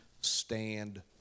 stand